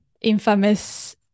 infamous